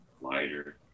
lighter